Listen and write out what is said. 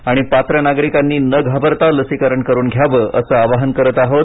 आणि पात्र नागरिकांनी न घाबरता लसीकरण करून घ्यावं असं आवाहन करत आहोत